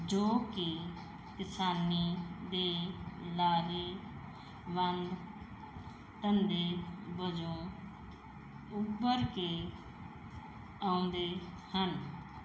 ਜੋ ਕਿ ਕਿਸਾਨੀ ਦੇ ਲਾਹੇਵੰਦ ਧੰਦੇ ਵਜੋਂ ਉੱਭਰ ਕੇ ਆਉਂਦੇ ਹਨ